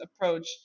approach